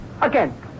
again